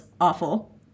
awful